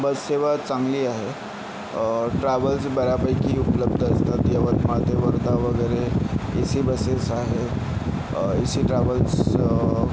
बस सेवा चांगली आहे ट्रॅव्हल्स बऱ्यापैकी उपलब्ध असतात यवतमाळ ते वर्धा वगैरे ए सी बसेस आहेत ए सी ट्रॅव्हल्स